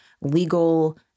legal